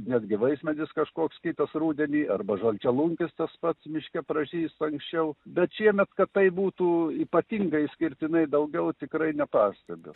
netgi vaismedis kažkoks kitas rudenį arba žalčialunkis tas pats miške pražysta anksčiau bet šiemet kad tai būtų ypatingai išskirtinai daugiau tikrai nepastabiu